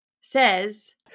says